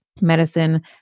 medicine